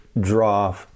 draw